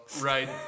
Right